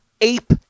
ape